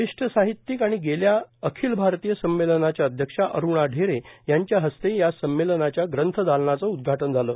ज्येष्ठ साहित्यिक आणि गेल्या अखिल भारतीय संमेलनाच्या अध्यक्षा अरूणा ढेरे यांच्या हस्ते या संमेलनाच्या ग्रंथ दालनाचं उदघाटन झालं